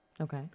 Okay